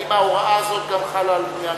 האם ההוראה הזאת גם חלה עליהם?